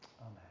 Amen